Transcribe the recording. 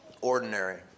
Ordinary